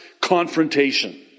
confrontation